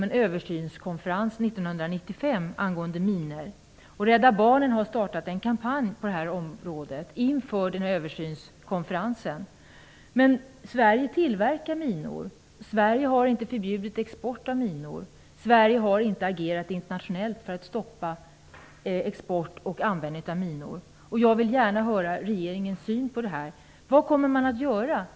En översynskonferens angående minor kommer att äga rum 1995, och inför den har Rädda barnen startat en kampanj. Sverige tillverkar minor. Sverige har inte förbjudit export av minor. Sverige har inte agerat internationellt för att stoppa export och användning av minor. Jag vill gärna höra regeringens syn på detta: Vad kommer ni att göra?